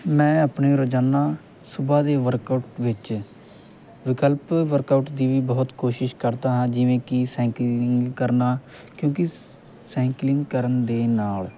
ਮੈਂ ਆਪਣੇ ਰੋਜ਼ਾਨਾ ਸੁਬਹਾ ਦੇ ਵਰਕਆਊਟ ਵਿੱਚ ਵਿਕਲਪ ਵਰਕਆਊਟ ਦੀ ਵੀ ਬਹੁਤ ਕੋਸ਼ਿਸ਼ ਕਰਦਾ ਹਾਂ ਜਿਵੇਂ ਕਿ ਸਾਈਕਲਿੰਗ ਕਰਨਾ ਕਿਉਂਕੀ ਸਾਈਕਲਿੰਗ ਕਰਨ ਦੇ ਨਾਲ